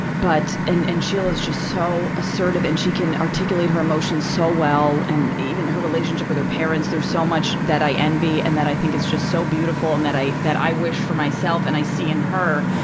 but, and and sheila's just so assertive and she can articulate her emotions so well. and even her relationship with her parents, there's so much that i envy, and that i think is just so beautiful and that i that i wish for myself, and i see in her.